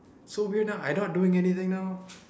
so weird now I not doing anything now